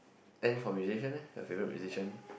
then for musician leh your favorite musician